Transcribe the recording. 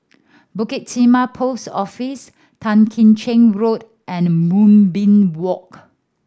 Bukit Timah Post Office Tan Kim Cheng Road and Moonbeam Walk